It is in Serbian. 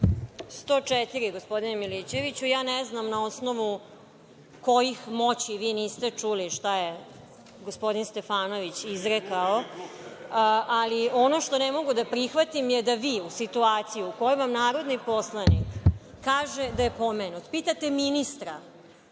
104. gospodine Milićeviću. Ja ne znam na osnovu kojih moći vi niste čuli šta je gospodin Stefanović izrekao, ali ono što ne mogu da prihvatim je da vi u situaciji u kojoj vam narodni poslanik kaže da je pomenut, pitate ministra